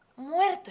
well,